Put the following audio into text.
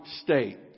State